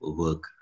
work